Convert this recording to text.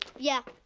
yeah,